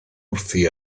wrthi